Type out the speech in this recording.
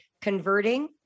converting